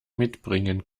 mitbringen